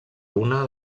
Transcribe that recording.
una